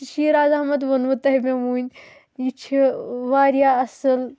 یُس یہِ شیراز احمد ووٚنوٕ مےٚ تۄیہِ وٕنۍ یہِ چھُ وارِیاہ اَصٕل